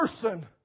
person